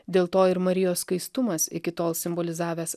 dėl to ir marijos skaistumas iki tol simbolizavęs